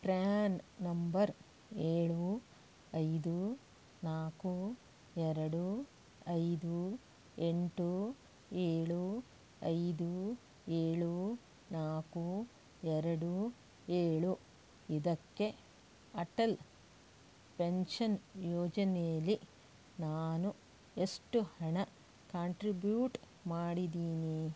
PRAN number ಏಳು ಐದು ನಾಲ್ಕು ಎರಡು ಐದು ಎಂಟು ಏಳು ಐದು ಏಳು ನಾಲ್ಕು ಎರಡು ಏಳು ಇದಕ್ಕೆ ಅಟಲ್ ಪೆನ್ಶನ್ ಯೋಜನೆಯಲ್ಲಿ ನಾನು ಎಷ್ಟು ಹಣ ಕಾಂಟ್ರಿಬ್ಯೂಟ್ ಮಾಡಿದ್ದೀನಿ